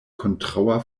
kontraŭa